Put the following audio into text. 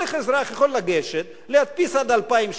וכל אזרח יכול לגשת ולהדפיס עד 2,000 שקל,